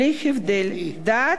בלי הבדל דת,